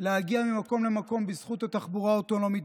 להגיע ממקום למקום בזכות התחבורה האוטונומית,